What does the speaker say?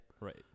Right